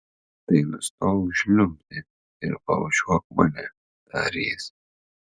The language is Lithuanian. tai nustok žliumbti ir pabučiuok mane tarė jis